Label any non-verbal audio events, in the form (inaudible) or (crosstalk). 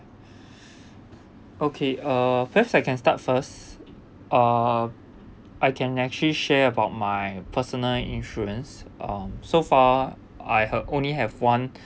(breath) okay uh perhaps I can start first uh I can actually share about my personal insurance um so far I had only have one